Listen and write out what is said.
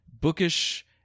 Bookish